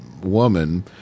woman